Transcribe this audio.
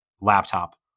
Laptop